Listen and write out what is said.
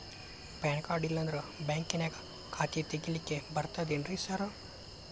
PAN card ಇಲ್ಲಂದ್ರ ಬ್ಯಾಂಕಿನ್ಯಾಗ ಖಾತೆ ತೆಗೆಲಿಕ್ಕಿ ಬರ್ತಾದೇನ್ರಿ ಸಾರ್?